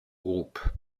groupe